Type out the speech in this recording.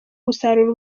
gusarura